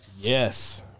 yes